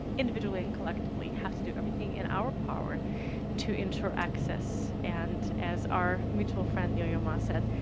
individually and collectively have to do everything in our power to enter access, and as our mutual friend yo-yo ma said,